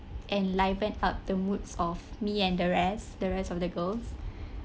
and livened up the moods of me and the rest the rest of the girls